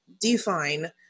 define